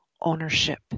ownership